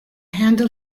handle